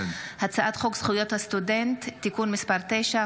הצעת חוק זכויות הסטודנט (תיקון מס' 9),